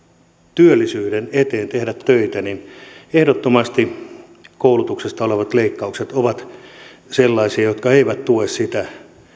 työllisyyden eteen tehdä töitä niin ehdottomasti koulutuksesta tehtävät leikkaukset ovat sellaisia jotka eivät tue sitä